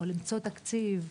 או למצוא תקציב,